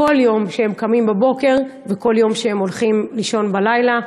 כל יום כשהם קמים בבוקר וכל יום כשהם הולכים לישון בלילה.